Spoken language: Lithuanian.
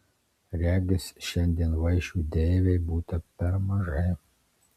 regis šiandien vaišių deivei būta per mažai